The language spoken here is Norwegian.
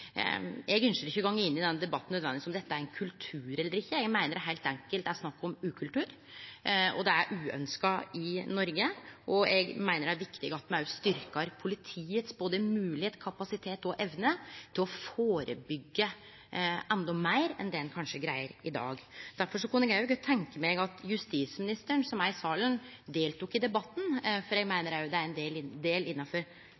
Eg ønskjer ikkje å gå inn i den debatten, nødvendigvis, om dette er ein kultur eller ikkje. Eg meiner det heilt enkelt er snakk om ukultur, og det er uønskt i Noreg. Eg meiner det er viktig at me styrkjer både moglegheita, kapasiteten og evna til politiet til å førebyggje endå meir enn det ein kanskje greier i dag. Difor kunne eg godt tenkje meg at justisministeren, som er i salen, deltek i debatten, for eg meiner det er ein del innanfor